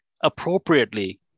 appropriately